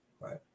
Right